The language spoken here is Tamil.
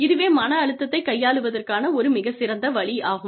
இதுவே மன அழுத்தத்தைக் கையாள்வதற்கான ஒரு மிகச் சிறந்த வழி ஆகும்